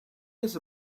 does